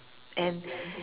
and